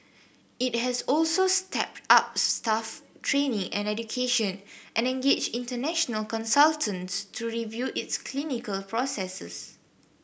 it has also stepped up staff training and education and engaged international consultants to review its clinical processes